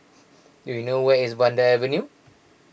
do you know where is Vanda Avenue